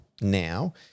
now